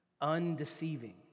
Undeceiving